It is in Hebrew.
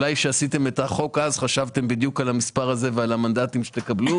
אולי כשעשיתם את החוק אז חשבתם בדיוק על המספר הזה ועל המנדטים שתקבלו.